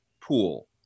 pool